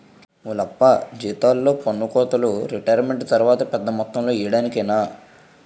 ఓలప్పా జీతాల్లో పన్నుకోతలు రిటైరుమెంటు తర్వాత పెద్ద మొత్తంలో ఇయ్యడానికేనే